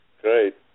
Great